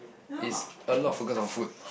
is a lot of focus on food